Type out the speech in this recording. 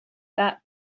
that